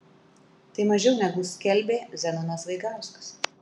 tai mažiau negu skelbė zenonas vaigauskas